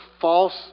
false